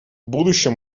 будущем